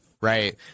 right